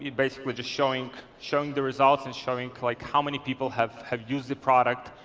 basically just showing showing the results and showing like how many people have had used the product,